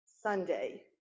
Sunday